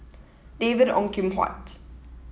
David Ong Kim Huat